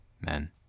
men